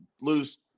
lose